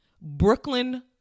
Brooklyn